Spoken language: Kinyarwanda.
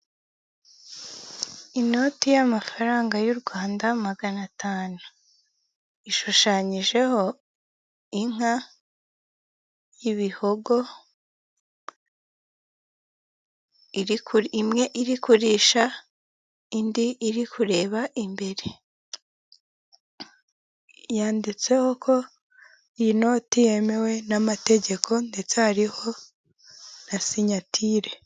Inoti z'amafaranga ya rimwe y'Amashinwa hariho isura y'umuntu n'amagambo yo mu gishinwa n'imibare isanzwe.